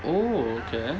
oh okay